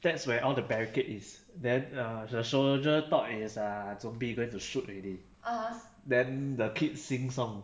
that's where all the barricade is then err the soldier thought is err zombie going to shoot already then the kid sing song